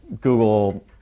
Google